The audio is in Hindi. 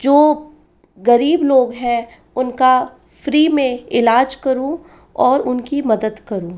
जो गरीब लोग हैं उनका फ्री में इलाज करूँ और उनकी मदद करूँ